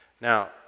Now